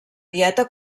dieta